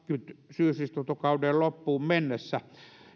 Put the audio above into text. syysistuntokauden loppuun mennessä